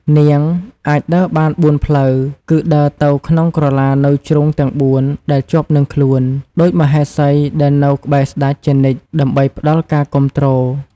នាង អាចដើរបានបួនផ្លូវ គឺដើរទៅក្នុងក្រឡានៅជ្រុងទាំងបួនដែលជាប់នឹងខ្លួន ដូចមហេសីដែលនៅក្បែរស្តេចជានិច្ច ដើម្បីផ្តល់ការគាំទ្រ។